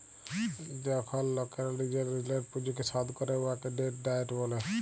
যখল লকেরা লিজের ঋলের পুঁজিকে শধ ক্যরে উয়াকে ডেট ডায়েট ব্যলে